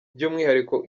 by’umwihariko